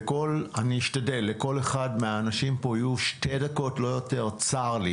כאילו יטפלו מהר יותר במדינות שרוצות להכניס לכאן בשר מצונן.